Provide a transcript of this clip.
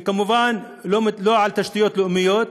וכמובן, לא על תשתיות לאומיות,